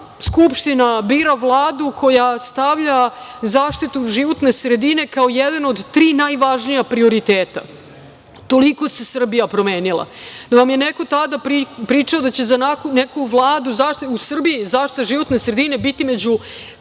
Skupština bira Vladu koja stavlja zaštitu životne sredine kao jedan od tri najvažnija prioriteta. Toliko se Srbija promenila. Da vam je neko tada pričao da će za neku vladu u Srbiji zaštita životne sredine biti među